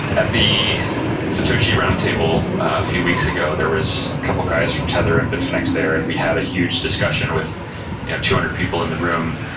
at the satoshi roundtable a few weeks ago there was a couple guys from tether and bitfinex there and we had a huge discussion with you know two hundred people in the room,